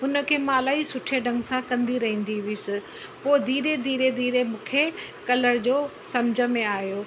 हुन खे मां इलाही सुठे ढंग सां कंदी रहंदी हुअसि पोइ धीरे धीरे धीरे मूंखे कलर जो सम्झ में आहियो